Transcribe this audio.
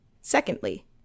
Secondly